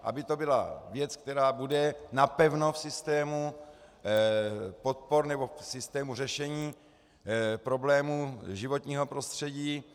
Aby to byla věc, která bude napevno v systému podpor nebo systému řešení problému životního prostředí.